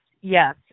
yes